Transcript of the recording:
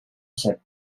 ser